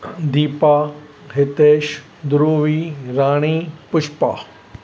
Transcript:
Deepa Hitesh Dhruvi Rani Pushpa